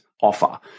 offer